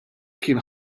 kien